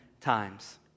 times